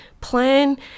plan